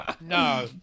No